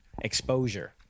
exposure